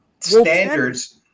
standards